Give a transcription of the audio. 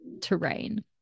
terrain